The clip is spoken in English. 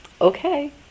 okay